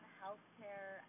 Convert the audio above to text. healthcare